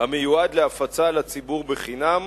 המיועד להפצה לציבור בחינם